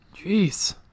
jeez